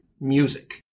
music